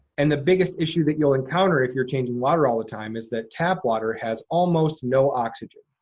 and the biggest issue that you'll encounter if you're changing water all the time is that tap water has almost no oxygen.